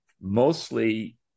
mostly